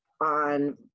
on